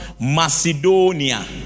Macedonia